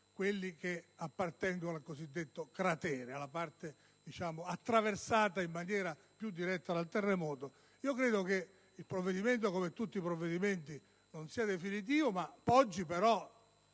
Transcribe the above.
quelli che appartengono al cosiddetto cratere, alla parte attraversata in maniera più diretta dal terremoto. Credo che il provvedimento - come tutti - non sia definitivo, ma che le